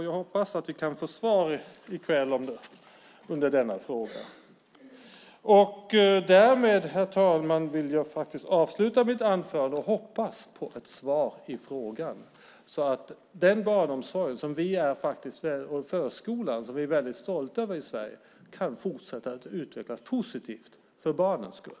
Jag hoppas att vi kan får svar i kväll. Därmed, herr talman, vill jag avsluta mitt anförande och hoppas på ett svar i frågan så att den barnomsorg och förskola som vi är stolta över i Sverige kan fortsätta att utvecklas positivt för barnens skull.